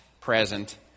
present